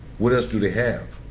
what else do they have?